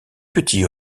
petits